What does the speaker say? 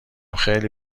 خیلی